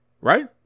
right